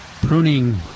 pruning